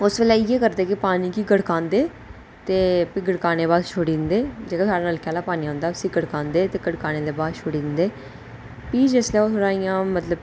उस बेल्लै इ'यै करदे कि पानी गी गड़कांदे ते भी गड़काने दे बाद छोड़ी दिंदे जेह्ड़ा साढ़े नलके आह्ला पानी औंदा उसी गड़कांदे ते गड़काने दे बाद छोड़ी दिंदे भी जिसलै ओह् थोह्ड़ा इ'यां मतलब